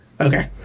Okay